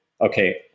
okay